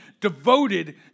devoted